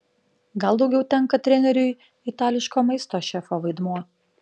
gal daugiau tenka treneriui itališko maisto šefo vaidmuo